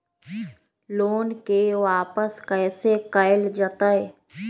Loan के वापस कैसे कैल जतय?